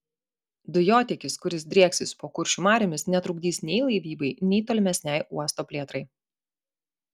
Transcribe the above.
dujotiekis kuris drieksis po kuršių mariomis netrukdys nei laivybai nei tolimesnei uosto plėtrai